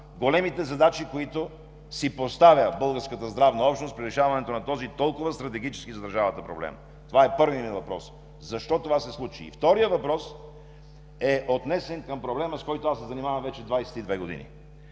големите задачи, които си поставя българската здравна общност при решаването на този толкова стратегически за държавата проблем. Защо това се случи? Вторият въпрос е отнесен към проблема, с който аз се занимавам вече 22 години: